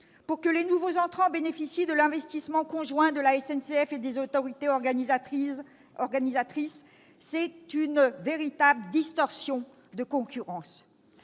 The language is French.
aux nouveaux entrants de bénéficier de l'investissement conjoint de la SNCF et des autorités organisatrices. C'est une véritable distorsion de concurrence